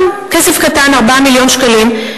גם, כסף קטן, 4 מיליוני שקלים.